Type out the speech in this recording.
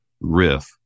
riff